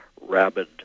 rabid